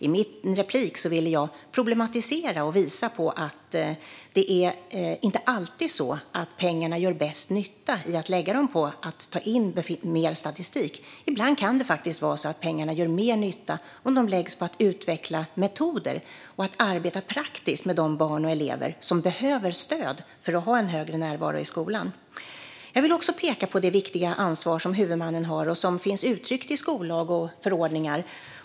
I mitt inlägg ville jag problematisera och visa att det inte alltid är så att pengarna gör bäst nytta genom att man lägger dem på att ta in mer statistik. Ibland kan det faktiskt vara så att pengarna gör mer nytta om de läggs på att utveckla metoder och arbeta praktiskt med de barn och elever som behöver stöd för att ha en högre närvaro i skolan. Jag vill också peka på det viktiga ansvar som huvudmannen har, och som finns uttryckt i skollag och förordningar.